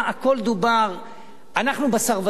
אנחנו בשר ודם.